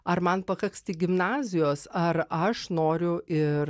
ar man pakaks tik gimnazijos ar aš noriu ir